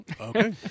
Okay